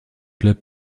clubs